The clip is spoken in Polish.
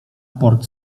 port